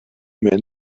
man